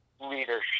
leadership